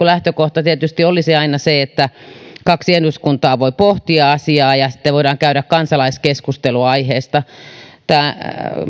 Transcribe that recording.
lähtökohta tietysti olisi aina se että kaksi eduskuntaa voi pohtia asiaa ja sitten voidaan käydä kansalaiskeskustelua aiheesta tämä